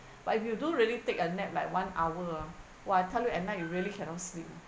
but if you do really take a nap like one hour ah !wah! I tell you at night you really cannot sleep